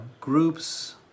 groups